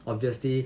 obviously